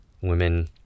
women